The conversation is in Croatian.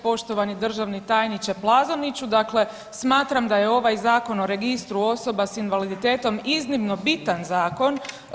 Poštovani državni tajniče Plazoniću, dakle smatram da je ovaj Zakon o registru osoba s invaliditetom iznimno bitan zakon.